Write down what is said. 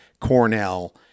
Cornell